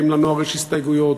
האם לנוער יש הסתייגויות?